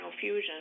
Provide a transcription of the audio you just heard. fusion